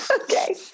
Okay